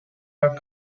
are